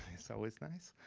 it's always nice.